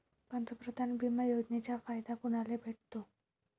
पंतप्रधान बिमा योजनेचा फायदा कुनाले भेटतो?